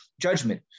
Judgment